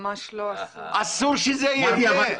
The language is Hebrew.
אסור שזה יהיה.